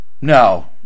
no